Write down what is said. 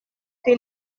que